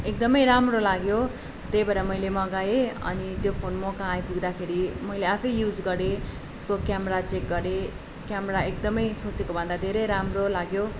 एकदमै राम्रो लाग्यो त्यही भएर मैले मगाएँ अनि त्यो फोन मकहाँ आइपुग्दाखेरि मैले आफै युज गरेँ त्यसको क्यामेरा चेक गरेँ क्यामेरा एकदमै सोचेको भन्दा धेरै राम्रो लाग्यो